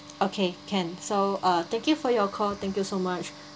okay can so uh thank you for your call thank you so much